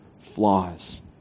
flaws